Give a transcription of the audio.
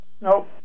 Nope